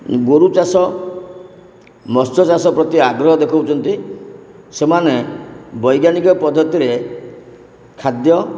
ଗୋରୁ ଚାଷ ମତ୍ସ୍ୟ ଚାଷ ପ୍ରତି ଆଗ୍ରହ ଦେଖାଉଛନ୍ତି ସେମାନେ ବୈଜ୍ଞାନିକ ପଦ୍ଧତିରେ ଖାଦ୍ୟ